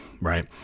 right